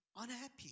unhappy